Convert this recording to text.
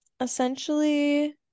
Essentially